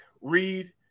read